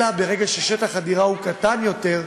אלא ברגע ששטח הדירה הוא קטן יותר,